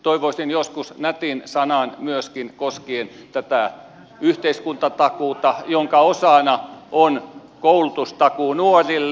toivoisin joskus nätin sanan myöskin koskien tätä yhteiskuntatakuuta jonka osana on koulutustakuu nuorille